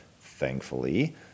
thankfully